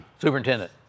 Superintendent